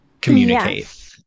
communicate